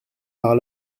par